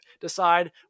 decide